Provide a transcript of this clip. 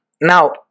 Now